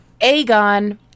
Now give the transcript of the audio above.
Aegon